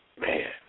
Man